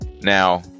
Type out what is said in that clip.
Now